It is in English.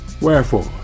Wherefore